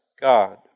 God